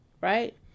Right